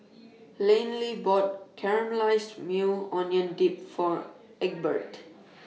Laney bought Caramelized Maui Onion Dip For Egbert